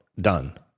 Done